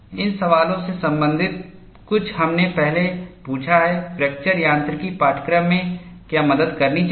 इन सवालों से संबंधित कुछ हमने पहले पूछा है फ्रैक्चर यांत्रिकी पाठ्यक्रम में क्या मदद करनी चाहिए